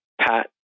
Pat